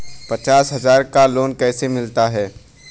पचास हज़ार का लोन कैसे मिलता है?